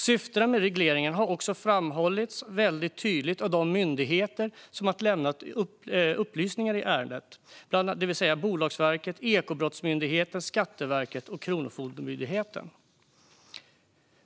Syftena med regleringen har också framhållits tydligt av de myndigheter som har lämnat upplysningar i ärendet, det vill säga Bolagsverket, Ekobrottsmyndigheten, Skatteverket och Kronofogdemyndigheten.